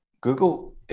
Google